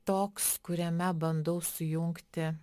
toks kuriame bandau sujungti